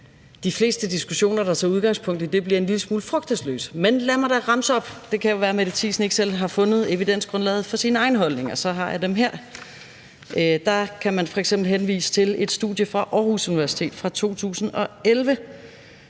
de fleste diskussioner, der tager udgangspunkt i det, bliver en lille smule frugtesløse, men lad mig da remse det op, og det kan jo være, at fru Mette Thiesen ikke selv har fundet evidensgrundlag for sine egne holdninger – men så har jeg dem her. Man kan f.eks. henvise til et studie fra Aarhus Universitet fra 2011,